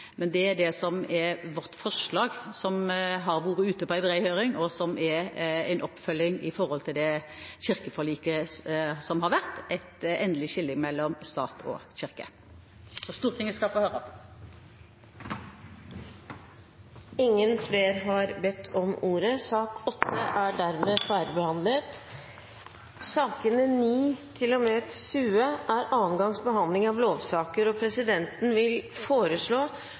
Men det er det som er vårt forslag. Det har vært ute på en bred høring, og er en oppfølging av kirkeforliket – et endelig skille mellom stat og kirke. Så Stortinget skal få høre. Flere har ikke bedt om ordet til sak nr. 8. Sakene nr. 9–20 gjelder andre gangs behandling av lovsaker. Presidenten vil foreslå at sakene behandles under ett. – Det anses vedtatt. Ingen har bedt om ordet til noen av disse sakene.